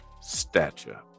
stature